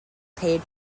paid